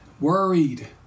Worried